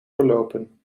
verlopen